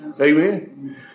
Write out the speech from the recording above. amen